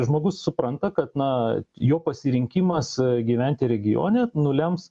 žmogus supranta kad na jo pasirinkimas gyventi regione nulems